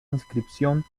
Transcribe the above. inscripción